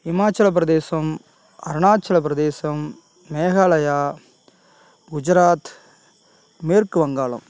இமாச்சல பிரதேசம் அருணாச்சல பிரதேசம் மேகாலயா குஜராத் மேற்கு வங்காளம்